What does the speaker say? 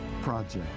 project